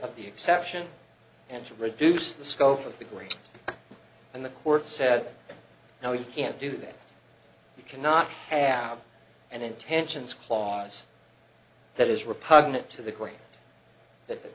of the exception and to reduce the scope of the great and the court said no you can't do that you cannot have and intensions clause that is repugnant to the gre